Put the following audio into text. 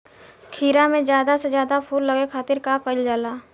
खीरा मे ज्यादा से ज्यादा फूल लगे खातीर का कईल जाला?